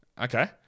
Okay